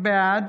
בעד